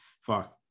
Fuck